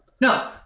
No